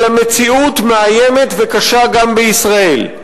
אלא מציאות מאיימת וקשה גם בישראל.